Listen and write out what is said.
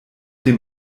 dem